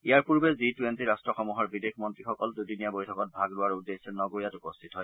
ইয়াৰ পূৰ্বে G twenty ৰাট্টসমূহৰ বিদেশ মন্ত্ৰীসকল দুদিনীয়া বৈঠকত ভাগ লোৱাৰ উদ্দেশ্যে নাগোয়াত উপস্থিত হয়